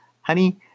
Honey